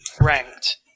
ranked